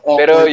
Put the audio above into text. pero